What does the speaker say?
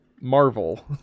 Marvel